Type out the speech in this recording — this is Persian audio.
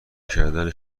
کردن